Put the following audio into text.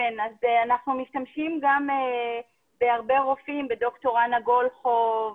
כן, אז אנחנו משתמשים גם בד"ר אנה גלוחוב,